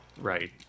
Right